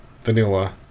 vanilla